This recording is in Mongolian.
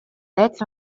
байдал